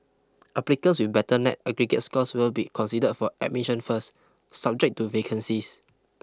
applicants with better net aggregate scores will be considered for admission first subject to vacancies